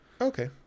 Okay